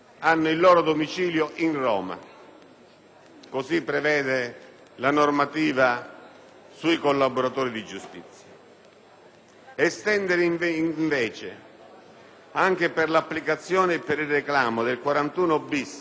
Questo prevede la normativa sui collaboratori di giustizia. Estendere, invece, anche per l'applicazione e per il reclamo avverso il regime del 41-*bis*, ad un unico giudice